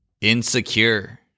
Insecure